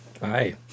Hi